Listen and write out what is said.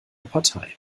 partei